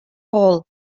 hall